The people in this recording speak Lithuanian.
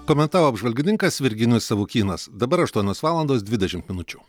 komentavo apžvalgininkas virginijus savukynas dabar aštuonios valandos dvidešimt minučių